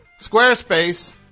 Squarespace